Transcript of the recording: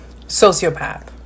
sociopath